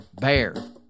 BEAR